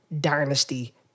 dynasty